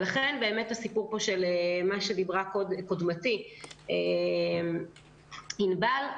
לכן הסיפור פה הוא מה שדיברה קודמתי ענבל פז פיטל,